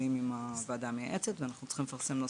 עם הוועדה המייעצת ואנחנו צריכים לפרסם נוסח.